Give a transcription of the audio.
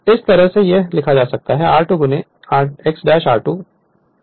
तो यह इस तरह हो सकता है या जिसे r2 ' X 2 ' r2 कहा जा सकता है